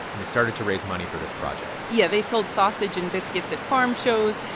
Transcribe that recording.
and it started to raise money for this project yeah, they sold sausage and biscuits at farm shows.